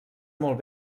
molt